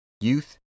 youth